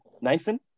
Nathan